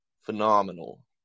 phenomenal